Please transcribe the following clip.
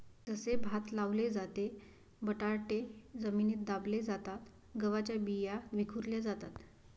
जसे भात लावले जाते, बटाटे जमिनीत दाबले जातात, गव्हाच्या बिया विखुरल्या जातात